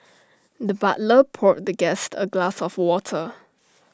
the butler poured the guest A glass of water